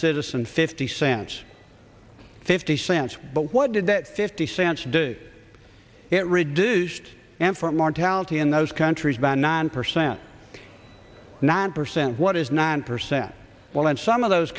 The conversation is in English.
citizen fifty cents fifty cents but what did that fifty cents do it reduced and for mortality in those countries by nine percent nine percent what is nine percent well in some of those